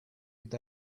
with